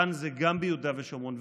כאן זה גם ביהודה ושומרון,